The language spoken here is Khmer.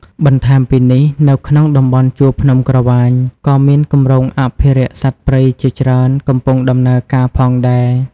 បន្ថែមពីនេះនៅក្នុងតំបន់ជួរភ្នំក្រវាញ ក៏មានគម្រោងអភិរក្សសត្វព្រៃជាច្រើនកំពុងដំណើរការផងដែរ។